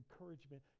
encouragement